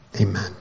Amen